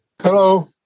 Hello